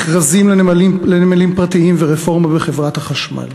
מכרזים לנמלים פרטיים ורפורמה בחברת החשמל.